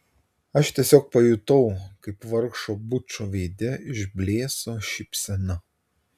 aš tiesiog pajutau kaip vargšo bučo veide išblėso šypsena